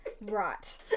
Right